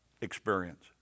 experience